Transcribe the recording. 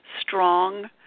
strong